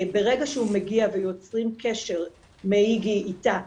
ברגע שהוא מגיע ויוצרים קשר מאיגי איתה,